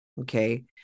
Okay